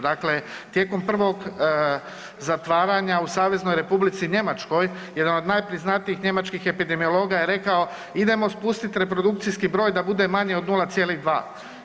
Dakle tijekom prvog zatvaranja u Saveznoj Republici Njemačkoj jedan od najpriznatijih njemačkih epidemiologa je rekao – idemo spustiti reprodukcijski broj da bude manje od 0,2.